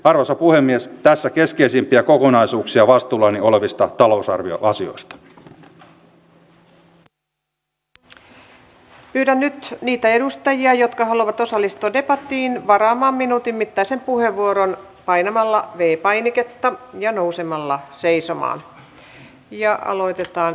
arvoisa puhemies pääsee keskeisimpiä kokonaisuuksia vastuullani olevista kunnat pystyvät turvaamaan niitä palveluja jotka haluavat osallistua debattiin varaamaan minuutin mittaisen puheenvuoron painamalla v ii painiketta ja nousemalla se ihmisille ovat tärkeitä